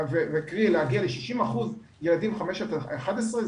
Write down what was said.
קרי להגיע ל-60% ילדים 5 עד 11,